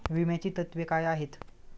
विम्याची तत्वे काय आहेत?